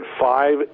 five